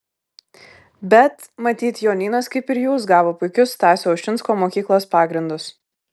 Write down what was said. bet matyt jonynas kaip ir jūs gavo puikius stasio ušinsko mokyklos pagrindus